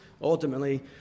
ultimately